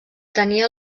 tenia